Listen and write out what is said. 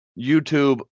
YouTube